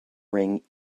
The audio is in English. ring